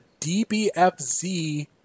DBFZ